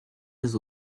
des